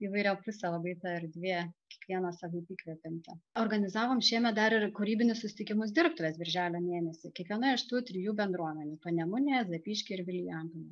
įvairiapusė labai ta erdvė kiekvieną savaip įkvepianti organizavom šiemet dar ir kūrybinius susitikimus dirbtuves birželio mėnesį kiekvienoj iš tų trijų bendruomenių panemunėje zapyškio ir vilijampolėje